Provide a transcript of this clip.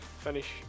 finish